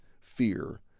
fear